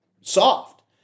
soft